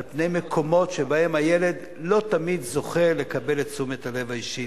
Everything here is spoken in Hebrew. על מקומות שבהם הילד לא תמיד זוכה לקבל את תשומת הלב האישית.